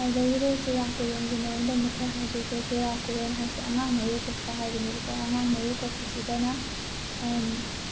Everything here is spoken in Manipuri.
ꯑꯗꯨꯗꯩꯗꯤ ꯆꯨꯔꯥꯀꯣꯔꯣꯟꯒꯤ ꯃꯔꯝꯗ ꯑꯃꯨꯛ ꯈꯔ ꯍꯥꯏꯖꯒꯦ ꯆꯨꯔꯥꯀꯣꯔꯣꯟ ꯍꯥꯏꯁꯦ ꯑꯉꯥꯡ ꯃꯔꯨ ꯀꯣꯛꯄ ꯍꯥꯏꯕꯅꯦꯕꯀꯣ ꯑꯉꯥꯡ ꯃꯔꯨ ꯀꯣꯛꯄꯁꯤꯗꯅ